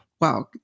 wow